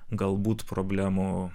galbūt problemų